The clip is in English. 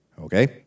Okay